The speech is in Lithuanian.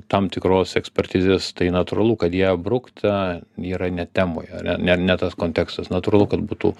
tam tikros ekspertizės tai natūralu kad ją brukt a ji yra ne temoj ar ne ne ne tas kontekstas natūralu kad būtų